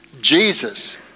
Jesus